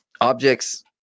objects